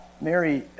Mary